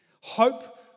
Hope